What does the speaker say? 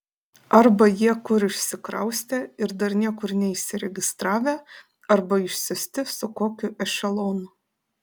arba jie kur išsikraustę ir dar niekur neįsiregistravę arba išsiųsti su kokiu ešelonu